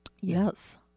Yes